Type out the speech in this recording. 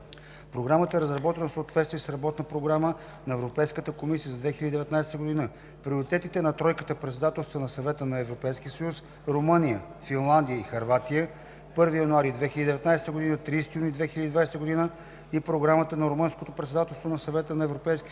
Програмата е разработена в съответствие с Работната програма на Европейската комисия за 2019 г. Приоритетите на тройката председателства на Съвета на Европейския съюз – Румъния, Финландия и Хърватия от 1 януари 2019 г. до 30 юни 2020 г. и Програмата на Румънското председателство на Съвета на ЕС от